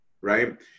right